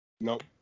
Nope